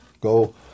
go